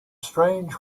strange